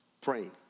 praying